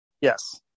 Yes